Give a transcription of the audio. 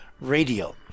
radio